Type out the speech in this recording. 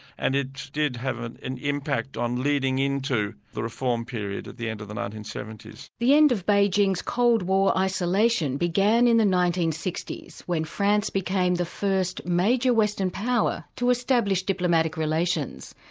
and it did have an an impact on leading into the reform period at the end of the nineteen seventy s. the end of beijing's cold war isolation began in the nineteen sixty s, when france became the first major western power to establish diplomatic relations.